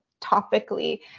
topically